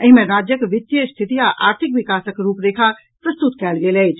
एहि मे राज्यक वित्तीय स्थिति आ आर्थिक विकासक रूपरेखा प्रस्तुत कयल गेल अछि